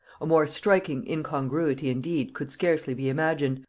a more striking incongruity indeed could scarcely be imagined,